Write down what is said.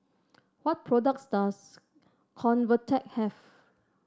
what products does Convatec have